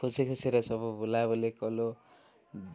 ଖୁସି ଖୁସିରେ ସବୁ ବୁଲାବୁଲି କଲୁ